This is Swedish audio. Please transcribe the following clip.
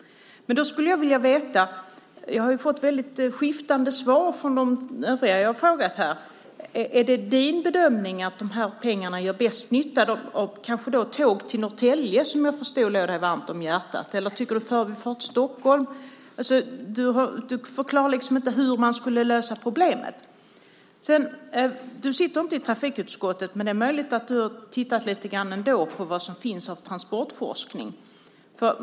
Men då skulle jag vilja veta en sak. Jag har fått väldigt skiftande svar från de övriga som jag har frågat här. Är det din bedömning att de här pengarna gör bäst nytta när det gäller tåg till Norrtälje, som jag förstod låg dig varmt om hjärtat? Eller handlar det om Förbifart Stockholm? Du förklarar liksom inte hur man skulle lösa problemet. Du sitter inte i trafikutskottet, men det är möjligt att du ändå har tittat lite grann på vad som finns av transportforskning.